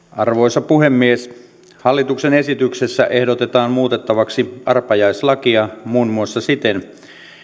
arvoisa puhemies hallituksen esityksessä ehdotetaan muutettavaksi arpajaislakia muun muassa siten